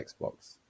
Xbox